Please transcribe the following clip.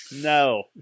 No